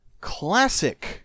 classic